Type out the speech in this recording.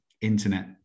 internet